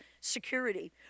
security